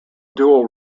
dual